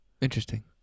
Interesting